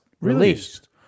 released